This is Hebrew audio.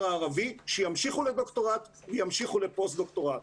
הערבי שימשיכו לדוקטורט וימשיכו לפוסט דוקטורט.